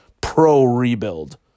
pro-rebuild